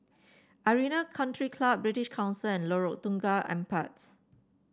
Arena Country Club British Council and Lorong Tukang Empat